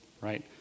right